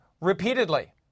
repeatedly